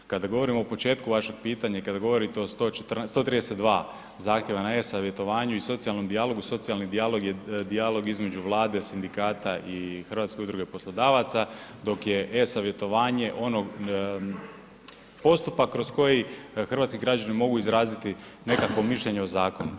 Kada govorimo o početku vašeg pitanja i kada govorite o 132 zahtjeva na e-savjetovanju i socijalnom dijalogu, socijalni dijalog je dijalog između Vlade, sindikata i Hrvatske udruge poslodavaca, dok je e-savjetovanje ono postupak kroz koji hrvatski građani mogu izraziti nekakvo mišljenje o zakonu.